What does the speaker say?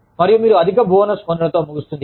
మరియు మీరు అధిక బోనస్ పొందడం తో ముగుస్తుంది